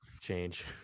change